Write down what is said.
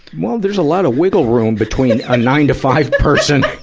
well, there's a lot of wiggle room between a nine to five person,